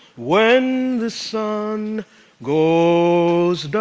when the sun goes down